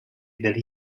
degli